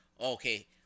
Okay